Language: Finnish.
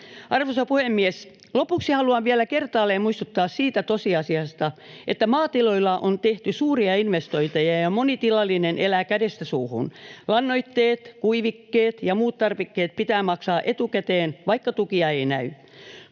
Arvoisa puhemies! Lopuksi haluan vielä kertaalleen muistuttaa siitä tosiasiasta, että maatiloilla on tehty suuria investointeja ja moni tilallinen elää kädestä suuhun. Lannoitteet, kuivikkeet ja muut tarvikkeet pitää maksaa etukäteen, vaikka tukia ei näy.